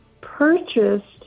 purchased